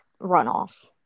runoff